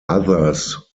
others